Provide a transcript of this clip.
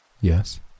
Yes